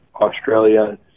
Australia